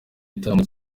igitaramo